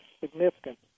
significant